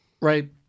Right